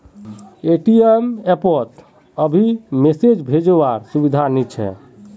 ATM app पोत अभी message भेजो वार सुविधा नी छे